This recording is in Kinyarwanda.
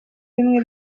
bimwe